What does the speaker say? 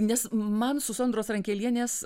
nes man su sondros rankelienės